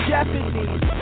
Japanese